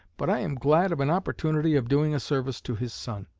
but i am glad of an opportunity of doing a service to his son.